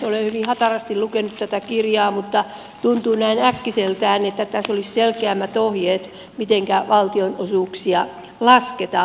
olen hyvin hatarasti lukenut tätä kirjaa mutta tuntuu näin äkkiseltään että tässä olisi selkeämmät ohjeet siitä mitenkä valtionosuuksia lasketaan